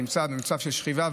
נמצא במצב של שכיבה.